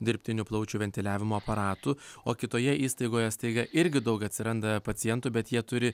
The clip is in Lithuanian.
dirbtinių plaučių ventiliavimo aparatų o kitoje įstaigoje staiga irgi daug atsiranda pacientų bet jie turi